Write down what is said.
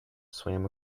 swam